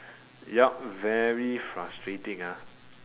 ya very frustrating ah